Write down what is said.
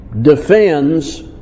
defends